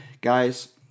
guys